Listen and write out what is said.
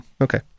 Okay